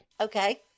okay